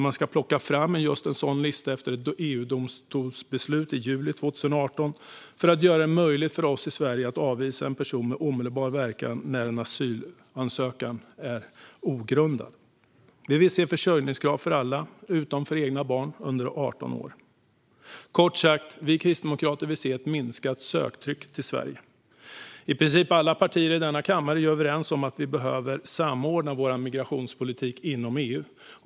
Man ska plocka fram en sådan lista efter ett beslut i EU-domstolen i juli 2018 för att göra det möjligt för oss i Sverige att avvisa en person med omedelbar verkan när en asylansökan är ogrundad. Vi vill se försörjningskrav för alla, utom för egna barn under 18 år. Kort sagt: Vi kristdemokrater vill se ett minskat söktryck till Sverige. I princip alla partier i denna kammare är överens om att migrationspolitiken behöver samordnas inom EU.